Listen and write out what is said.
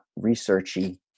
researchy